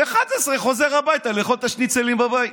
וב-11:00 חוזר הביתה לאכול את השניצלים בבית.